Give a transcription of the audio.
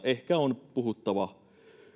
ehkä on puhuttava